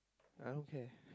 I don't care